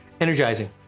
Energizing